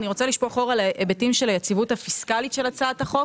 אני רוצה לשפוך אור על ההיבטים של היציבות הפיסקלית של הצעת החוק